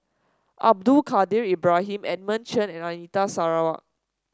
Abdul Kadir Ibrahim Edmund Chen and Anita Sarawak